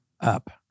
up